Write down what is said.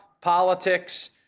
politics